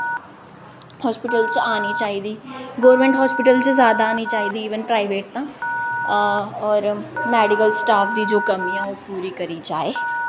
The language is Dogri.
हास्पिटल च आनी चाहिदी गौरमैंट हास्पिटल च जादा आनी चाहिदा ऐवन प्राईवेट तों होर मैडिकल स्टाफ दी जो कमी ऐ ओह् पूरी करी जाए